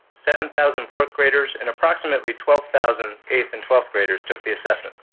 seven thousand fourth graders and approximately twelve thousand eighth and twelfth graders took the assessment.